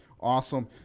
Awesome